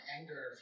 anger